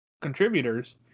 contributors